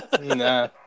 Nah